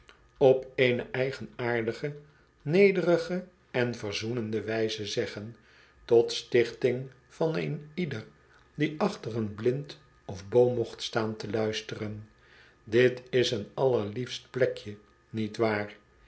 op eene landloopers eigenaardige nederige en verzoenende wyze zeggen tot stichting van een ieder die achter een blind of boom mocht staan te luisteren dit is een allerliefst plekje niet waar